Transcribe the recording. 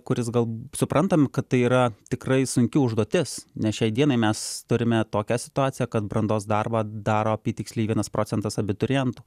kuris gal suprantam kad tai yra tikrai sunki užduotis nes šiai dienai mes turime tokią situaciją kad brandos darbą daro apytiksliai vienas procentas abiturientų